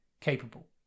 capable